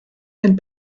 and